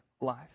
life